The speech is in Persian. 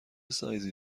سایزی